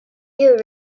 you